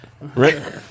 right